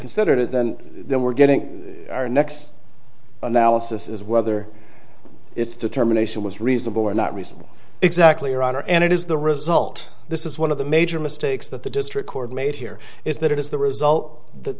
considered it and then we're getting our next analysis is whether it determination was reasonable or not reasonable exactly your honor and it is the result this is one of the major mistakes that the district court made here is that it is the result that